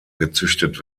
gezüchtet